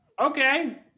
Okay